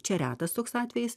čia retas toks atvejis